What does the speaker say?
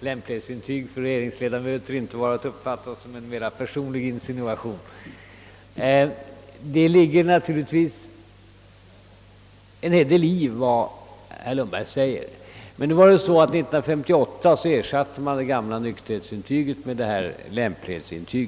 lämplighetsintyg för regeringsledamöter inte var att uppfatta som en mera personlig insinuation. Det ligger naturligtvis en hel del i vad herr Lundberg anför. 1958 ersattes det dåvarande nykterhetsintyget med lämplighetsintyg.